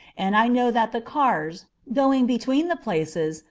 and i know that the cars, going between the places,